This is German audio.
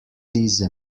diese